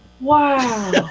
Wow